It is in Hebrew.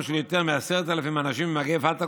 של יותר מ-10,000 אנשים במגפת הקורונה,